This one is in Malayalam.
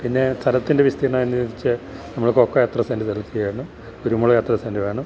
പിന്നെ സ്ഥലത്തിൻ്റെ വിസ്തീർണ്ണമനുസരിച്ച് നമ്മള് കൊക്കോ എത്ര സെൻറ് സ്ഥലത്തു വേണം കുരുമുളക് എത്ര സെൻറ് വേണം